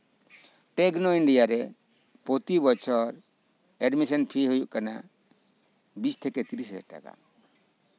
techno India ᱨᱮ ᱯᱨᱚᱛᱤ ᱵᱚᱪᱷᱚᱨ ᱮᱰᱢᱤᱥᱚᱱ ᱯᱷᱤ ᱦᱩᱭᱩᱜ ᱠᱟᱱᱟ ᱵᱤᱥ ᱛᱷᱮᱠᱮ ᱛᱤᱨᱤᱥ ᱦᱟᱡᱟᱨ ᱴᱟᱠᱟ